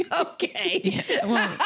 okay